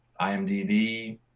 IMDb